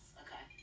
okay